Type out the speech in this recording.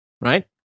Right